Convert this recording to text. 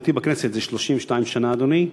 מאז היותי בכנסת, זה 32 שנה, אדוני,